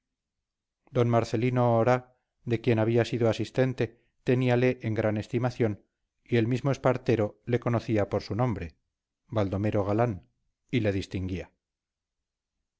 d marcelino oraa de quien había sido asistente teníale en gran estimación y el mismo espartero le conocía por su nombre baldomero galán y le distinguía